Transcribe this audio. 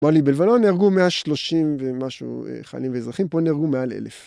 אמר לי בלבנון נהרגו 130 ומשהו חיילים ואזרחים, פה נהרגו מעל אלף.